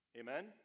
amen